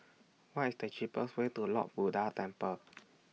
What IS The cheapest Way to Lord Buddha Temple